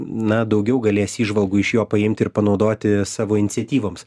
na daugiau galės įžvalgų iš jo paimti ir panaudoti savo iniciatyvoms